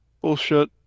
Bullshit